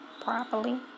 properly